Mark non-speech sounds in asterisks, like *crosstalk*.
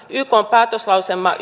ykn päätöslauselman *unintelligible*